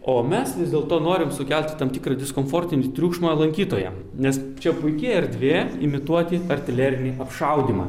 o mes vis dėlto norim sukelti tam tikrą diskomfortinį triukšmą lankytojam nes čia puiki erdvė imituoti artilerinį apšaudymą